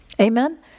Amen